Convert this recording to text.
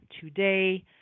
Today